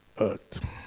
earth